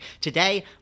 Today